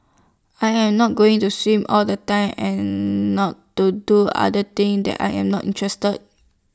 I am not going to swim all the time and not to do other things that I am not interested